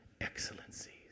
excellencies